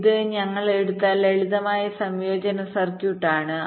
ഇത് ഞങ്ങൾ എടുത്ത ലളിതമായ സംയോജന സർക്യൂട്ട് ആണ്